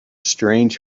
strange